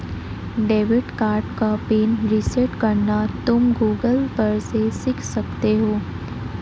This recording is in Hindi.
डेबिट कार्ड का पिन रीसेट करना तुम गूगल पर से सीख सकते हो